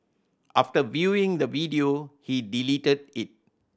after viewing the video he deleted it